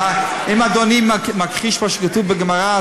אם אדוני מכחיש מה שכתוב בגמרא,